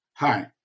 Hi